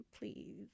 please